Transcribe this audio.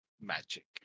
magic